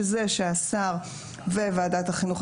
שהשר וועדת החינוך,